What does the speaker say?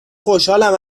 خوشحالم